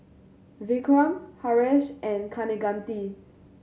Vikram Haresh and Kaneganti